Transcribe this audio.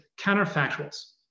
counterfactuals